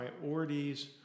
priorities